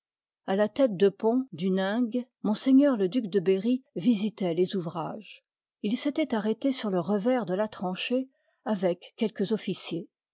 a la tête de pont d'huningue ms le duc de berry visitoit les ouvrages il s'étoit arrêté sur le revers de la tranchée avec quelques officiers